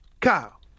Kyle